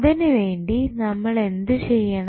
അതിനുവേണ്ടി നമ്മൾ എന്തു ചെയ്യണം